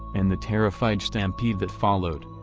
and the terrified stampede that followed.